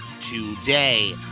today